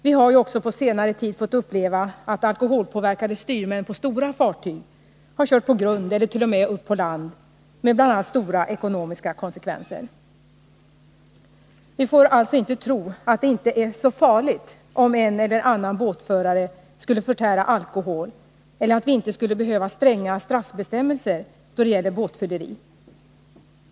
Vi har ju också på senare tid fått uppleva att alkoholpåverkade styrmän på stora fartyg har kört på grund ellert.o.m. upp på land med bl.a. stora ekonomiska konsekvenser. Vi får alltså inte tro att det inte är så farligt om en eller annan båtförare skulle förtära alkohol eller att vi inte skulle behöva stränga straffbestämmelser då det gäller båtfylleri.